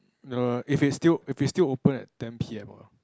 err if it's still if it's still open at ten p_m lah